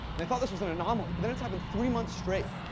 they thought this was an anomaly, but it's happened three months straight.